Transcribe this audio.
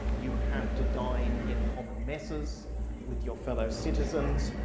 you have to dine in common messes with your fellow citizens,